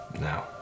No